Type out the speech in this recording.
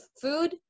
food